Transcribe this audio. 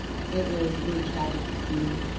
it was really tragic to see,